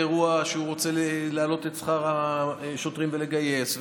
האירוע שהוא רוצה להעלות את שכר השוטרים ולגייס,